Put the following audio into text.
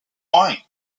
wine